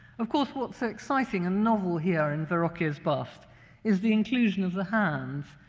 of course, what's so exciting and novel here in verrocchio's bust is the inclusion of the hands,